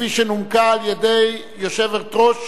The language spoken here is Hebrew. כפי שנומקה על-ידי יושבת-ראש